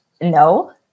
no